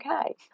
okay